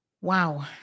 Wow